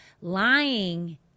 lying